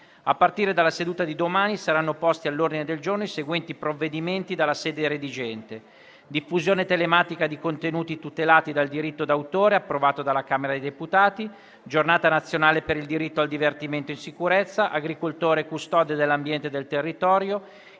A partire dalla seduta di domani saranno posti all'ordine del giorno i seguenti provvedimenti dalla sede redigente: diffusione telematica di contenuti tutelati dal diritto d'autore, approvato dalla Camera dei deputati; Giornata nazionale per il diritto al divertimento in sicurezza; agricoltore custode dell'ambiente e del territorio;